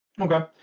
Okay